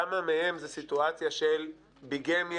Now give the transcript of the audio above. כמה מהן זה סיטואציה של ביגמיה,